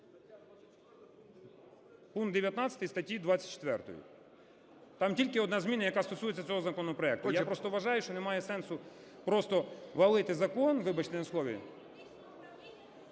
Пункт 19 статті 24. Там тільки одна зміна, яка стосується цього законопроекту. Я просто вважаю, що немає сенсу просто валити закон, вибачте на слові.